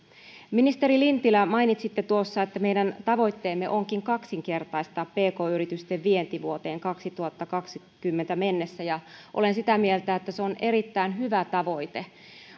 ministeri lintilä mainitsitte että meidän tavoitteemme onkin kaksinkertaistaa pk yritysten vienti vuoteen kaksituhattakaksikymmentä mennessä olen sitä mieltä että se on erittäin hyvä tavoite